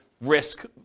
risk